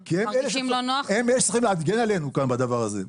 כי הם אלה שצריכים להגן עלינו כאן בדבר הזה.